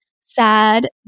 sad